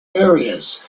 areas